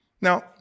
Now